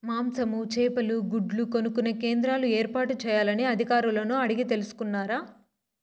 మాంసము, చేపలు, గుడ్లు కొనుక్కొనే కేంద్రాలు ఏర్పాటు చేయాలని అధికారులను అడిగి తెలుసుకున్నారా?